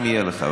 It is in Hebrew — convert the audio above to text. אם יהיה לך.